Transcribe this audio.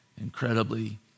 incredibly